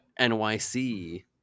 nyc